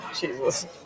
Jesus